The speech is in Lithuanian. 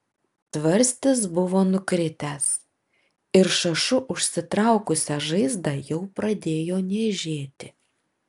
tvarstis buvo nukritęs ir šašu užsitraukusią žaizdą jau pradėjo niežėti